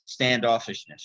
standoffishness